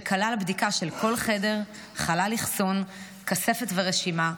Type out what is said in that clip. שכלל בדיקה של כל חדר, חלל אחסון, כספת ורשימה,